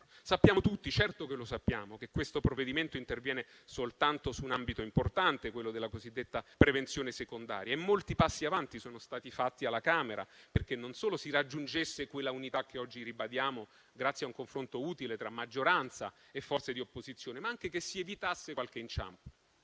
Sappiamo tutti, certo che lo sappiamo che questo provvedimento interviene soltanto su un ambito importante, quello della cosiddetta prevenzione secondaria. Molti passi avanti sono stati fatti alla Camera affinché non solo si raggiungesse quell'unità che oggi ribadiamo grazie a un confronto utile tra maggioranza e forze di opposizione, ma anche che si evitasse qualche inciampo.